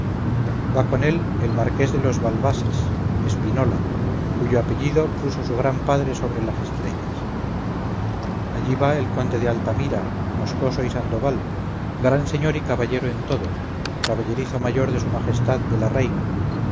va con él el marqués de los balbases espínola cuyo apellido puso su gran padre sobre las estrellas allí va el conde de altamira moscoso y sandoval gran señor y caballero en todo caballerizo mayor de su majestad de la reina